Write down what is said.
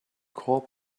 call